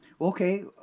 Okay